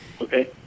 Okay